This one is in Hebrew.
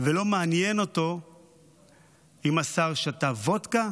ולא מעניין אותו אם השר שתה וודקה